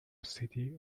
city